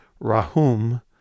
rahum